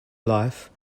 life